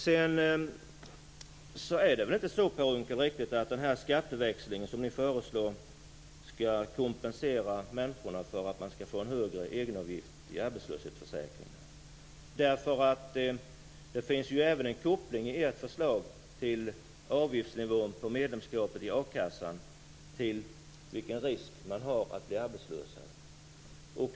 Det är väl inte riktigt så, Per Unckel, att den skatteväxling som ni föreslår kompenserar människorna för att det blir en högre egenavgift i arbetslöshetsförsäkringen. Det finns ju även en koppling i ert förslag mellan avgiftsnivån på medlemskapet i a-kassan och risken för att bli arbetslös.